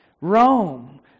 Rome